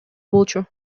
болчу